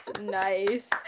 nice